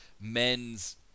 men's